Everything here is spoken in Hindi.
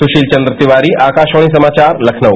सुशील चंद्र तिवारी आकाशवाणी समाचार लखनऊ